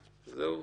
זהו.